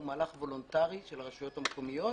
הוא מהלך וולונטרי של הרשויות המקומיות,